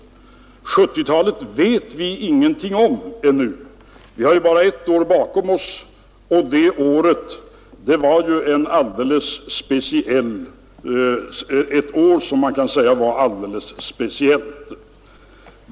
1970-talet vet vi ingenting om ännu; vi har bara ett år bakom oss, och om det året kan man säga att det var alldeles speciellt.